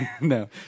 No